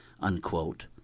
unquote